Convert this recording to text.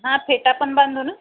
हां फेटा पण बांधू ना